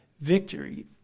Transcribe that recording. victory